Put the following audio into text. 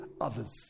others